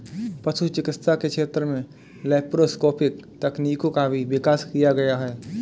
पशु चिकित्सा के क्षेत्र में लैप्रोस्कोपिक तकनीकों का भी विकास किया गया है